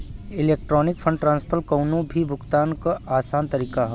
electronic fund transfer कउनो भी भुगतान क आसान तरीका हौ